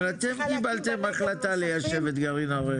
אבל אתם קיבלתם החלטה להקים את גרעין הראל.